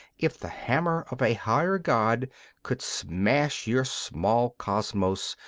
if the hammer of a higher god could smash your small cosmos,